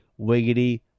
wiggity